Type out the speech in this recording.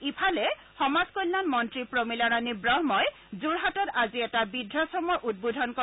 ইফালে সমাজ কল্যাণ মন্ত্ৰী প্ৰমীলা ৰাণী ব্ৰহাটত আজি এটা বৃদ্ধাশ্ৰমৰ উদ্বোধন কৰে